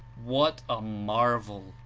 what a marvel!